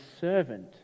servant